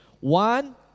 One